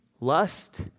lust